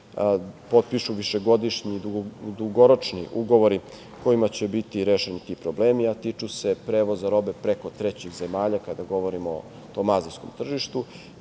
potpišu višegodišnji dugoročni ugovori kojima će biti rešeni ti problemi, a tiču se prevoza robe preko trećih zemalja kada govorimo o tom azijskom tržištu